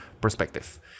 perspective